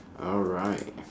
alright